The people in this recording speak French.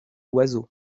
oiseaux